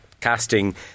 casting